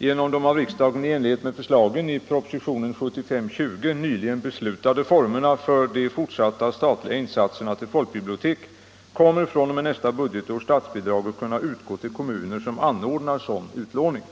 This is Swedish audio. Genom de av riksdagen i enlighet med förslagen i propositionen 1975:20 nyligen beslutade formerna för de fortsatta statliga insatserna till folkbibliotek kommer fr.o.m. nästa budgetår statsbidrag att kunna utgå till kommuner som anordnar sådan utlåning.